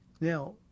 Now